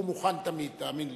הוא מוכן תמיד, תאמין לי.